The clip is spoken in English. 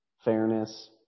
fairness